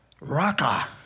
Raka